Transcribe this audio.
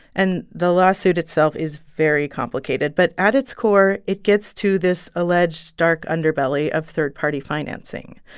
and the lawsuit itself is very complicated, but at its core, it gets to this alleged dark underbelly of third-party financing.